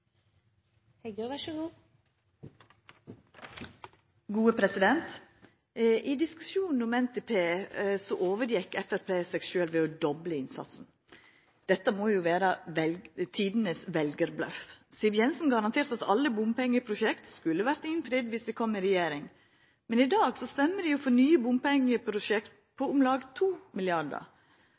I diskusjonen om NTP overgjekk Framstegspartiet seg sjølv ved å dobla innsatsen. Dette må jo vera tidenes veljarbløff. Siv Jensen garanterte at alle bompengeprosjekt skulle verta innfridde dersom dei kom i regjering. Men i dag stemmer dei for nye bompengeprosjekt på om lag